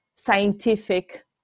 scientific